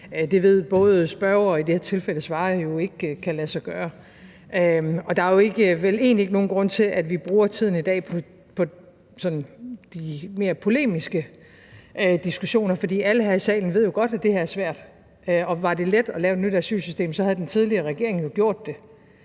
Det ved både spørgeren og i det her tilfælde svareren jo ikke kan lade sig gøre. Og der er vel egentlig ikke nogen grund til, at vi bruger tiden i dag på de mere polemiske diskussioner, for alle her i salen ved jo godt, at det her er svært, og var det let at lave et nyt asylsystem, så havde den tidligere regering jo gjort det.